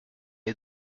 est